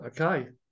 Okay